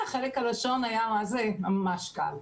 חלק הלשון היה ממש קל'.